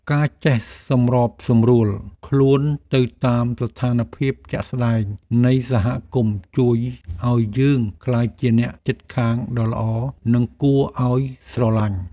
ការចេះសម្របសម្រួលខ្លួនទៅតាមស្ថានភាពជាក់ស្តែងនៃសហគមន៍ជួយឱ្យយើងក្លាយជាអ្នកជិតខាងដ៏ល្អនិងគួរឱ្យស្រឡាញ់។